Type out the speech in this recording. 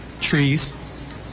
trees